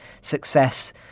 success